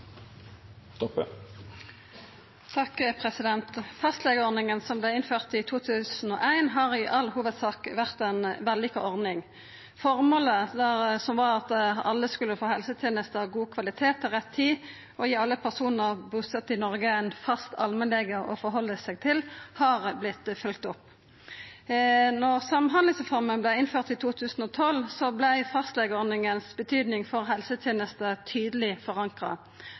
av fastlegeordningen. Fastlegeordninga, som vart innført i 2001, har i all hovudsak vore ei vellukka ordning. Føremålet, som var at alle skulle få helsetenester av god kvalitet til rett tid og gi alle personar busett i Noreg ein fast allmennlege å halda seg til, har vorte følgt opp. Då samhandlingsreforma vart innført i 2012, var fastlegeordningas betydning for helsetenesta tydeleg forankra.